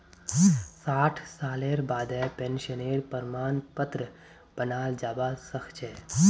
साठ सालेर बादें पेंशनेर प्रमाण पत्र बनाल जाबा सखछे